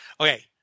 Okay